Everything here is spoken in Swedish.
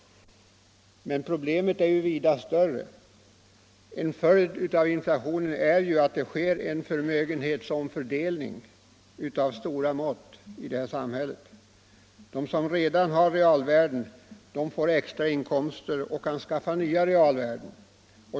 Men problemet är vida större. En följd av inflationen är ju att det sker en förmögenhetsomfördelning av stora mått i vårt samhälle. De som redan har realvärden får extrainkomster och kan skaffa nya realvärden.